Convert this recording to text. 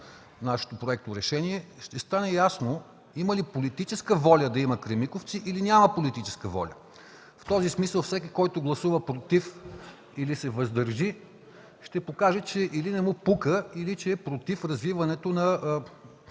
на нашия проект на решение, ще стане ясно има ли политическа воля да има „Кремиковци”, или няма. В този смисъл всеки, който гласува „против” или се въздържи, ще покаже, че или не му пука, или че е против развиването на